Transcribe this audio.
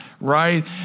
right